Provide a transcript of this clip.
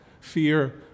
fear